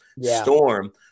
storm